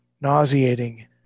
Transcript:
nauseating